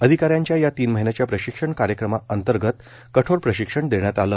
अधिका यांच्या या तीन महीन्याच्या प्रशिक्षण कार्यक्रमा अंतर्गत कठोर प्रशिक्षण देण्यात आलं